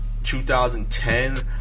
2010